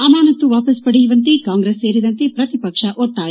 ಅಮಾನತ್ತು ವಾಪಸ್ ಪಡೆಯುವಂತೆ ಕಾಂಗ್ರೆಸ್ ಸೇರಿದಂತೆ ಪ್ರತಿಪಕ್ಷ ಒತ್ತಾಯ